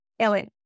Ellen